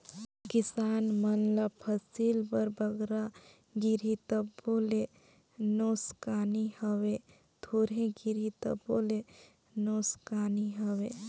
किसान मन ल फसिल बर बगरा गिरही तबो ले नोसकानी हवे, थोरहें गिरही तबो ले नोसकानी हवे